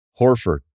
Horford